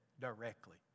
directly